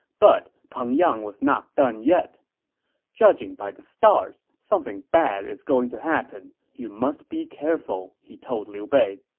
but peng yang was not done yet judging by the stars, something bad is going to happen. you must be careful, he told liu bei.